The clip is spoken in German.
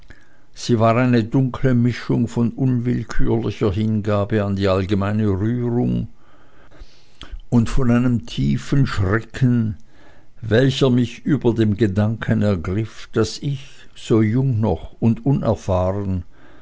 sie war eine dunkle mischung von unwillkürlicher hingabe an die allgemeine rührung und von einem tiefen schrecken welcher mich über dem gedanken ergriff daß ich so jung noch und unerfahren